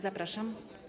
Zapraszam.